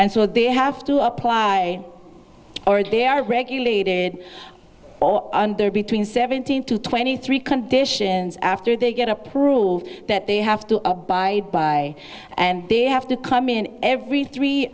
and so they have to apply or they are regulated and there are between seventeen to twenty three conditions after they get up rules that they have to abide by and they have to come in every three